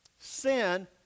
Sin